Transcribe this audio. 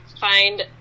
find